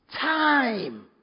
time